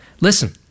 Listen